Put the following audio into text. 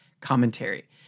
commentary